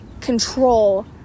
control